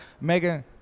Megan